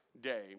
day